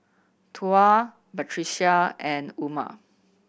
Tuah Batrisya and Umar